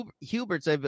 Hubert's